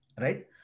right